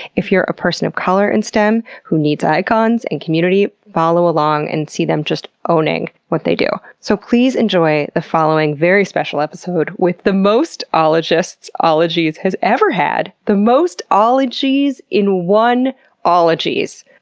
if you're a person of color in stem who needs icons and community, follow along and see them just owning what they do. so, please enjoy the following very special episode with the most ologists ologies has ever had! the most ologies in one ologies,